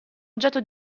oggetto